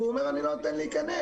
והוא אומר: אני לא נותן להיכנס.